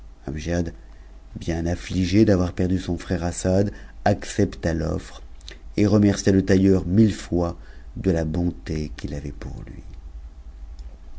bien asiigé d'avoir perdu son frère assad accepta l'offre et remercia le tailleur mille fois de la bonté qu'il avait pour lui